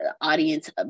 audience